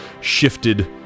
shifted